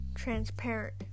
Transparent